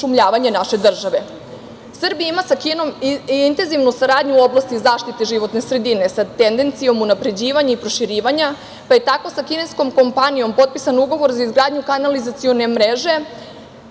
pošumljavanje naše države. Srbija ima sa Kinom intenzivnu saradnju u oblasti zaštite životne sredine sa tendencijom unapređivanja i proširivanja, pa je tako sa kineskom kompanijom potpisan ugovor za izgradnju kanalizacione mreže